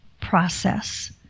process